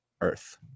Earth